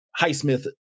Highsmith